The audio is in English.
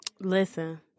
Listen